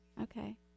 Okay